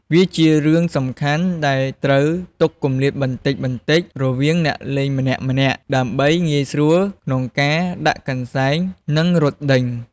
វាជារឿងសំខាន់ដែលត្រូវទុកគម្លាតបន្តិចៗរវាងអ្នកលេងម្នាក់ៗ ដើម្បីងាយស្រួលក្នុងការដាក់កន្សែង និងរត់ដេញ។